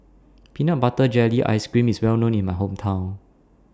Peanut Butter Jelly Ice Cream IS Well known in My Hometown